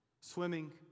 Swimming